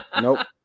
Nope